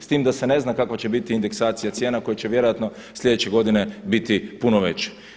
S time da se ne zna kakva će biti indeksacija cijena koja će vjerojatno sljedeće godine biti puno veća.